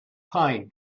pine